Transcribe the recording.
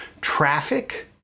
Traffic